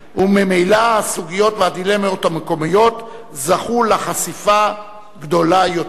וממילא הסוגיות והדילמות המקומיות זכו לחשיפה גדולה יותר.